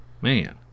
man